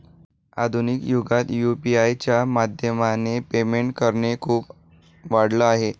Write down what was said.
आधुनिक युगात यु.पी.आय च्या माध्यमाने पेमेंट करणे खूप वाढल आहे